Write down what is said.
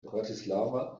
bratislava